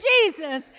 Jesus